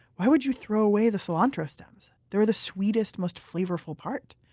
why would you throw away the cilantro stems? they're the sweetest, most flavorful part.